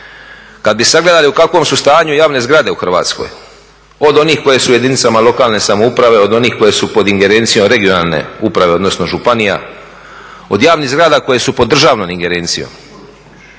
Kada bi sagledali u kakvom su stanju javne zgrade u Hrvatskoj od onih koje su u jedinice lokalne samouprave od onih koje su pod ingerencijom regionalne uprave odnosno županija, od javnih zgrada koje su pod državnom ingerencijom